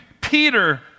Peter